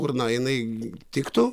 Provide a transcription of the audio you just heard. urną jinai tiktų